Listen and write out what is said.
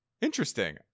Interesting